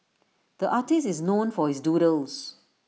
the artist is known for his doodles